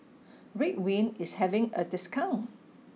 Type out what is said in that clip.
ridwind is having a discount